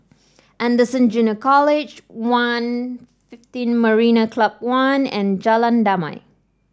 Anderson Junior College One Fifteen Marina Club One and Jalan Damai